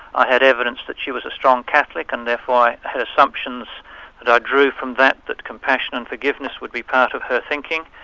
i had evidence that she was a strong catholic, and therefore i had assumptions that i ah drew from that that compassion and forgiveness would be part of her thinking,